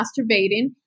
masturbating